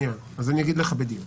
אז אני אגיד לך בדיוק.